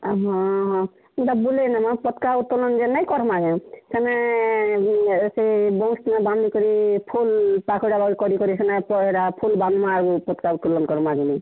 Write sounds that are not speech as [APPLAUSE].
ହଁ ହଁ ଏନ୍ତା ବୁଲେଇନେମା ପତ୍କା ଉତ୍ତୋଲନ୍ ଯେନେ କର୍ମା କେଁ ସେନେ ସେ ବଉଁଶ୍ନେ ବାନ୍ଧ୍କରି ଫୁଲ୍ ପାଖୁଡ଼ା କରି କରି ସେନେ [UNINTELLIGIBLE] ଫୁଲ୍ ବାନ୍ଧ୍ମା ପତ୍କା ଉତ୍ତୋଲନ୍ କର୍ମା ବୋଲି